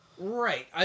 Right